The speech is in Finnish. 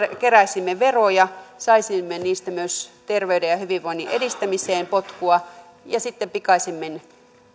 keräisimme veroja saisimme niistä myös terveyden ja hyvinvoinnin edistämiseen potkua ja sitten mitä pikaisimmin